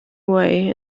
way